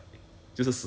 mm mm mm